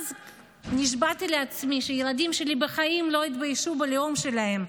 נשבעתי אז לעצמי שהילדים שלי בחיים לא יתביישו בלאום שלהם.